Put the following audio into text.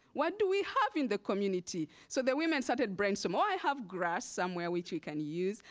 what do we have in the community? so the women started brainstorming oh, i have grass somewhere, which we can use.